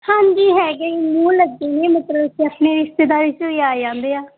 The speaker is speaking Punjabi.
ਹਾਂਜੀ ਹੈਗੇ ਮੂੰਹ ਲੱਗੇ ਨੇ ਮਤਲਬ ਕਿ ਆਪਣੇ ਰਿਸ਼ਤੇਦਾਰੀ ਚੋਂ ਹੀ ਆ ਜਾਂਦੇ ਆ